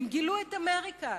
הם גילו את אמריקה,